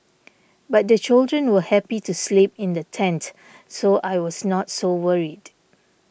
but the children were happy to sleep in the tent so I was not so worried